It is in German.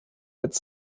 mit